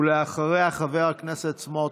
אחריו חבר הכנסת סמוטריץ'.